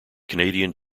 canadian